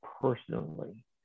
personally